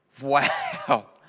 Wow